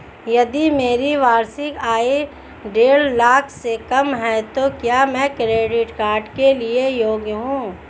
यदि मेरी वार्षिक आय देढ़ लाख से कम है तो क्या मैं क्रेडिट कार्ड के लिए योग्य हूँ?